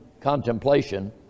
contemplation